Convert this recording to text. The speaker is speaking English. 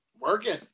working